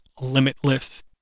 Limitless